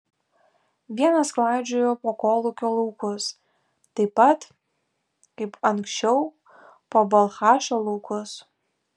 vienas klaidžioju po kolūkio laukus taip pat kaip anksčiau po balchašo laukus